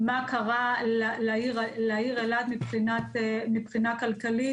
מה קרה לעיר אילת מבחינה כלכלית.